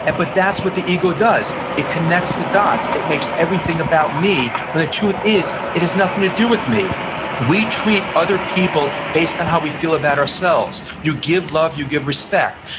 and but that's what the ego does, it connects the dots, it makes everything about me when the truth is it has nothing to do with me we treat other people based on how we feel about ourselves. you give love, you give respect,